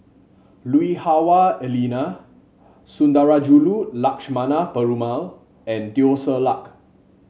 Lui Hah Wah Elena Sundarajulu Lakshmana Perumal and Teo Ser Luck